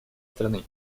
страны